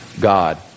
God